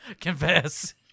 Confess